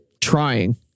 trying